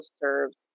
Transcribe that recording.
serves